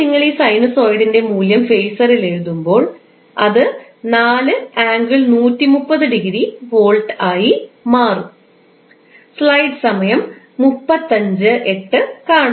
ഇപ്പോൾ നിങ്ങൾ ഈ സൈനസോയിഡിന്റെ മൂല്യം ഫേസറിൽ എഴുതുമ്പോൾ അത് 4∠130 ഡിഗ്രി വോൾട്ട് ആയി മാറും